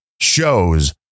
shows